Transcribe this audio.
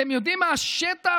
אתם יודעים מה השטח?